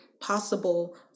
possible